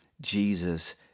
Jesus